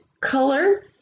color